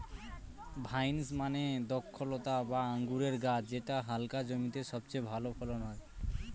vines মানে দ্রক্ষলতা বা আঙুরের গাছ যেটা হালকা জমিতে সবচেয়ে ভালো ফলন হয়